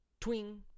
twing